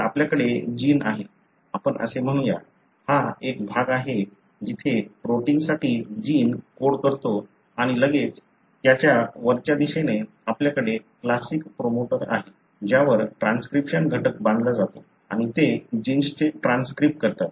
तर आपल्याकडे जिन आहे आपण असे म्हणूया हा एक भाग आहे जिथे प्रोटिन्ससाठी जिन कोड करतो आणि लगेच त्याच्या वरच्या दिशेने आपल्याकडे क्लासिक प्रमोटर आहे ज्यावर ट्रान्सक्रिप्शन घटक बांधला जातो आणि ते जिन्सचे ट्रान्स्क्रिब करतात